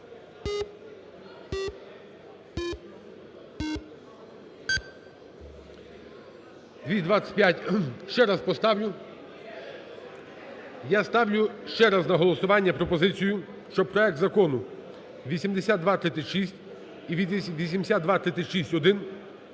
За-225 Ще раз поставлю. Я ставлю ще раз на голосування пропозицію, що проект Закону 8236 і 8236-1